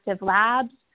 labs